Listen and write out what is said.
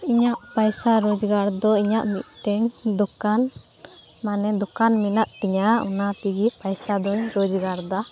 ᱤᱧᱟᱹᱜ ᱯᱟᱭᱥᱟ ᱨᱳᱡᱽᱜᱟᱨᱫᱚ ᱤᱧᱟᱹᱜ ᱢᱤᱫᱴᱮᱱ ᱫᱳᱠᱟᱱ ᱢᱟᱱᱮ ᱫᱳᱠᱟᱱ ᱢᱮᱱᱟᱜᱛᱤᱧᱟ ᱚᱱᱟᱛᱮᱜᱮ ᱯᱟᱭᱥᱟᱫᱚᱧ ᱨᱳᱡᱽᱜᱟᱨᱮᱫᱟ